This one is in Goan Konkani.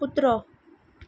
कुत्रो